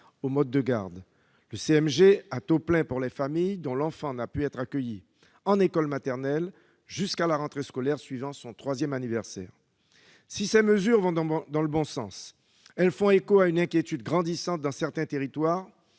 du mode de garde, pour les familles dont l'enfant n'a pu être accueilli en école maternelle jusqu'à la rentrée scolaire suivant son troisième anniversaire. Si ces mesures vont dans le bon sens, elles suscitent une inquiétude grandissante dans certains territoires,